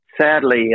sadly